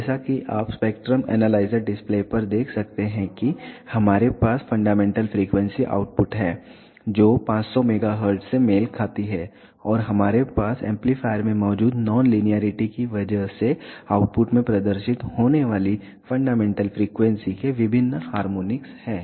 जैसा कि आप स्पेक्ट्रम एनालाइजर डिस्प्ले पर देख सकते हैं कि हमारे पास फंडामेंटल फ्रीक्वेंसी आउटपुट है जो 500 MHz से मेल खाती है और हमारे पास एम्पलीफायर में मौजूद नॉन लीनियेरिटी की वजह से आउटपुट में प्रदर्शित होने वाली फंडामेंटल फ्रीक्वेंसी के विभिन्न हार्मोनिक्स हैं